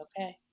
okay